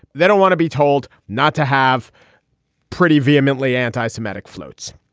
they don't want to be told not to have pretty vehemently anti-semetic floats.